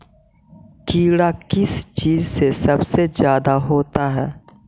कीड़ा किस चीज से सबसे ज्यादा होता है?